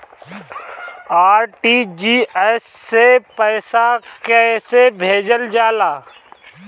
RTGS से पइसा कहे भेजल जाला?